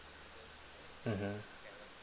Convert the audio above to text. mmhmm